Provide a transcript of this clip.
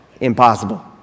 Impossible